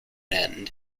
end